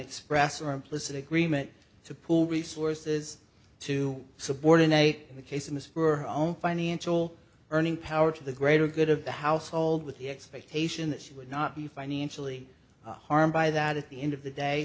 express or implicit agreement to pool resources to subordinate the case in this for her own financial earning power to the greater good of the household with the expectation that she would not be financially harmed by that at the end of the day